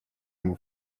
ему